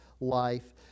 Life